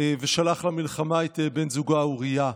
ושלח למלחמה את בן זוגה אוריה.